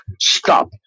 Stop